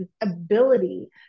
ability